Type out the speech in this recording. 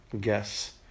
guess